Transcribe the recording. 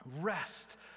rest